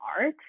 art